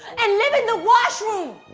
and live in the washroom!